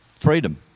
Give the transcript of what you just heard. Freedom